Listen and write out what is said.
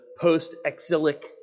post-exilic